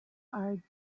are